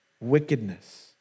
wickedness